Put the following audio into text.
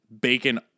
bacon